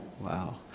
Wow